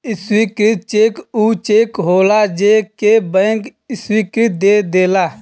स्वीकृत चेक ऊ चेक होलाजे के बैंक स्वीकृति दे देला